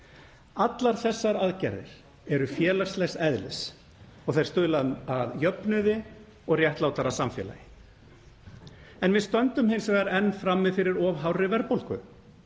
Allar þessar aðgerðir eru félagslegs eðlis og þær stuðla að jöfnuði og réttlátara samfélagi. En við stöndum hins vegar enn frammi fyrir of hárri verðbólgu,